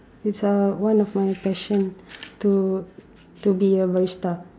it's uh one of my passion to to be a barista